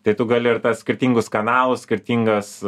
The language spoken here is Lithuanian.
tai tu gali ir tas skirtingus kanalus skirtingas